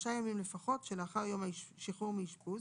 שלושה ימים לפחות שלאחר יום השחרור מאשפוז